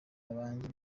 abanjye